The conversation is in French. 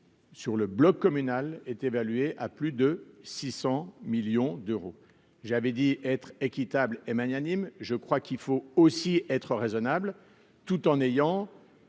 pour le bloc communal, est évalué à plus de 600 millions d'euros. J'ai dit être équitable et magnanime, mais il faut aussi être raisonnable, tout en